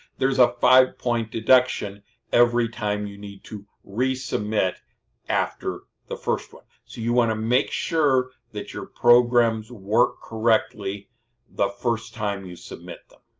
there's a five-point deduction every time you need to resubmit after the first one. so you want to make sure that your programs work correctly the first time you submit them.